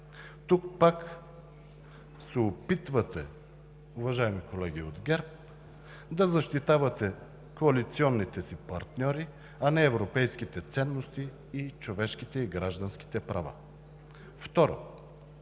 Тук пак се опитвате, уважаеми колеги от ГЕРБ, да защитавате коалиционните си партньори, а не европейските ценности и човешките и граждански права.